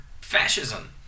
fascism